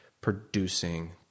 producing